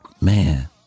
Man